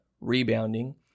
rebounding